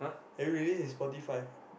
everybody in Spotify